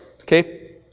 Okay